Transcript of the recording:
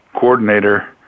coordinator